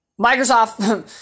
Microsoft